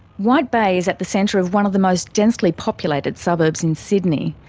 white bay is at the centre of one of the most densely populated suburbs in sydney.